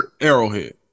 Arrowhead